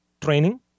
training